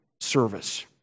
service